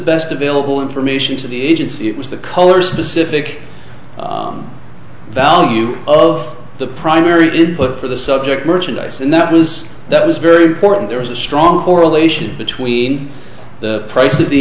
best available information to the agency it was the color specific value of the primary did but for the subject merchandise and that was that was very important there was a strong correlation between the price of the